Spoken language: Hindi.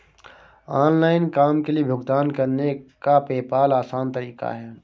ऑनलाइन काम के लिए भुगतान करने का पेपॉल आसान तरीका है